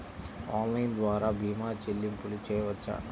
Online ద్వార భీమా చెల్లింపులు చేయవచ్చా?